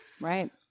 Right